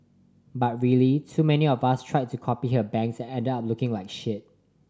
but really too many of us tried to copy her bangs and ended up looking like shit